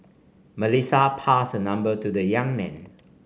Melissa passed her number to the young man